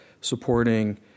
supporting